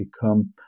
become